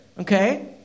Okay